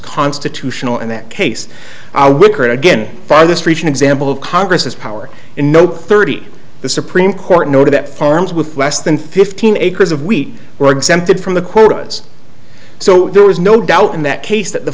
constitutional in that case wickard again by this reach an example of congress's power in nope thirty the supreme court noted that farms with less than fifteen acres of wheat were exempted from the quotas so there was no doubt in that case that the